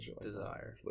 desire